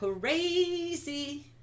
crazy